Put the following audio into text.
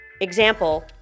Example